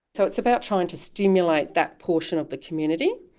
so it's about trying to stimulate that portion of the community.